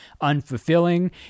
unfulfilling